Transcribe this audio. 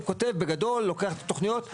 הוא כותב בגדול לוקח את התוכניות.